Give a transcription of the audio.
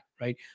right